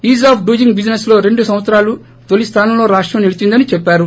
is of doing బ్లీజినెస్లో రెండు సంవత్సరాలు తొలిస్లోసంలో రాష్టం నొలిచిందని చెప్పారు